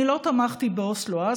אני לא תמכתי באוסלו אז,